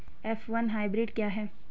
F one hybrid क्या है?